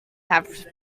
have